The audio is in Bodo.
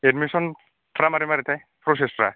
एडमिसन फ्रा मारै मारैथाय प्रसेचफ्रा